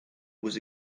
was